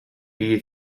die